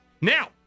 now